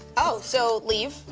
oh, so, leave.